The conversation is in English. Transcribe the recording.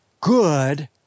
good